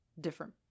different